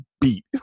beat